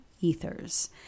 ethers